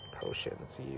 Potions